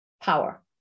power